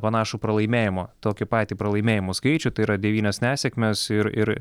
panašų pralaimėjimo tokį patį pralaimėjimų skaičių tai yra devynias nesėkmes ir ir